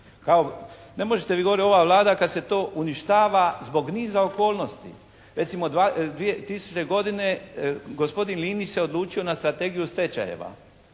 Ne možete vi govoriti ova Vlada kad se to uništava zbog niza okolnosti. Recimo 2000. godine gospodin Linić se odlučio na strategiju stečajeva.